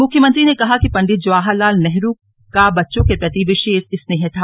मुख्यमंत्री ने कहा कि पंडित जवाहर लाल नेहरू का बच्चों के प्रति विशेष स्नेह था